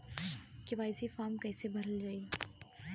KYC form कइसे भरल जाइ?